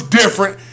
different